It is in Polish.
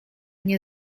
nie